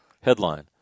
headline